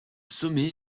sommet